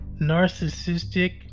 narcissistic